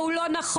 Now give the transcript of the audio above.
והוא לא נכון,